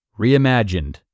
Reimagined